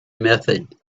method